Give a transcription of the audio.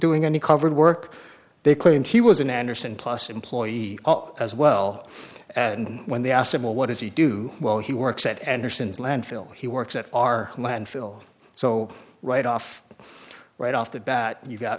doing any covered work they claimed he was an andersen plus employee as well and when they asked him well what does he do well he works at anderson's landfill he works at our landfill so right off right off the bat you've got